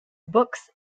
books